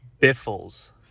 Biffles